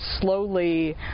slowly